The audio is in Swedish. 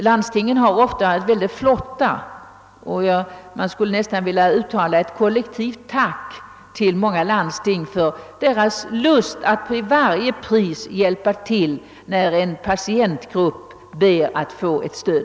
Landstingen har ofta i sådana här sammanhang visat sig mycket flot ta, och jag skulle vilja uttala ett tack till de många landsting som visat vilja att till varje pris hjälpa till när en patientgrupp ber dem om stöd.